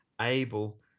able